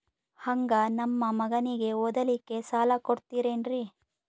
ಹಂಗ ನಮ್ಮ ಮಗನಿಗೆ ಓದಲಿಕ್ಕೆ ಸಾಲ ಕೊಡ್ತಿರೇನ್ರಿ?